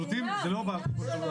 זה לא בא על חשבון השירותים,